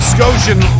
Scotian